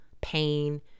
pain